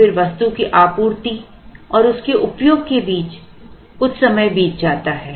और फिर वस्तु की आपूर्ति और उसके उपयोग के बीच कुछ समय बीत जाता है